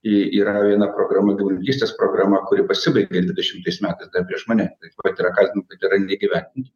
į yra eina programa ūkininkystės programa kuri pasibaigė dvidešimtais metais dar prieš mane taip pat yra kaltinta kad yra neįgyvendin